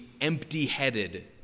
empty-headed